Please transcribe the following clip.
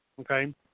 Okay